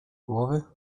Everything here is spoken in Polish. głowy